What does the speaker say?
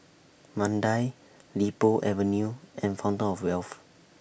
Mandai Li Po Avenue and Fountain of Wealth